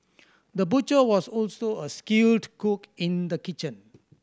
the butcher was also a skilled cook in the kitchen